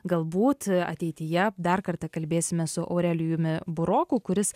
galbūt ateityje dar kartą kalbėsime su aurelijumi buroku kuris